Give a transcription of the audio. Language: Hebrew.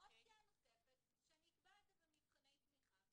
האופציה הנוספת היא שאני אקבע את זה במבחני תמיכה,